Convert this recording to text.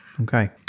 Okay